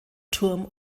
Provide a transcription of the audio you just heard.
turm